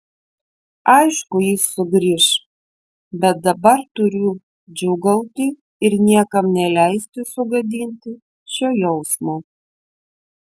aišku jis sugrįš bet dabar turiu džiūgauti ir niekam neleisti sugadinti šio jausmo